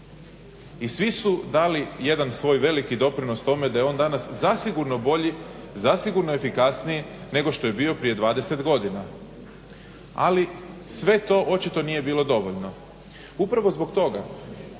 i svi su dali jedan svoj veliki doprinos tome da je on danas zasigurno bolji, zasigurno efikasniji nego što je bio prije 20 godina, ali sve to očito nije bilo dovoljno. Upravo zbog toga